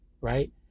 right